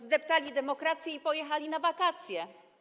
Zdeptali demokrację i pojechali na wakacje.